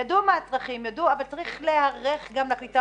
ידוע מה הצרכים אבל צריך להיערך גם לקליטה.